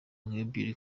nk’ebyiri